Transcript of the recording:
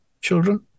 children